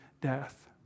death